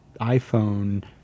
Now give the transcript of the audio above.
iPhone